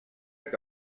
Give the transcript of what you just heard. que